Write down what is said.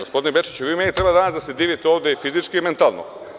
Gospodine Bečiću, vi meni danas treba da se divite ovde i fizički i mentalno.